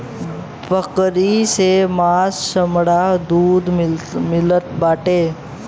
बकरी से मांस चमड़ा दूध मिलत बाटे